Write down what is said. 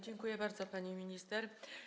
Dziękuję bardzo, pani minister.